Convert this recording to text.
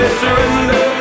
surrender